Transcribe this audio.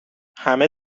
همه